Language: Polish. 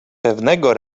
pewnego